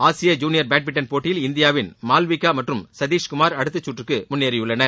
ஆசிய junior badminton போட்டியில் இந்தியாவின் மால்விக்கா மற்றும் சத்தீஷ்குமார் அடுத்த சுற்றுக்கு முன்னேறியுள்ளனர்